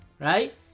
right